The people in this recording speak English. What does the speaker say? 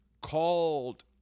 called